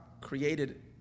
created